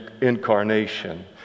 incarnation